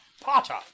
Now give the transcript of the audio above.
Potter